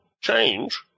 change